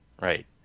Right